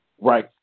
Right